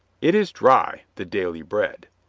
it is dry, the daily bread,